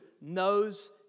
knows